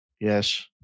Yes